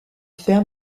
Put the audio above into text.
fer